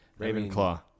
Ravenclaw